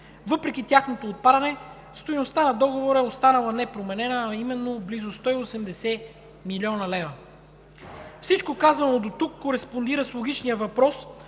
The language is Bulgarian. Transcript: Въпреки тяхното отпадане стойността на договора е останала непроменена, а именно близо 180 млн. лв. Всичко казано дотук кореспондира с логичния въпрос,